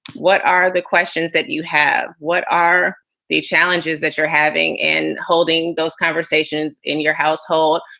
what are the questions that you have? what are the challenges that you're having in holding those conversations in your household?